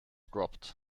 dropped